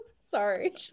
sorry